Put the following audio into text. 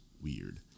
weird